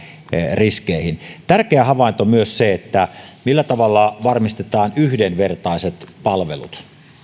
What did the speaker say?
riskeihin tärkeä havainto on myös se millä tavalla varmistetaan yhdenvertaiset palvelut